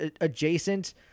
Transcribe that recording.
adjacent